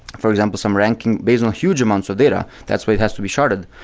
for example, some ranking based on huge amounts of data. that's way it has to be sharded.